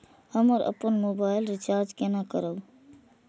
हम अपन mobile recharge केना करब?